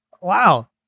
Wow